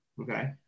Okay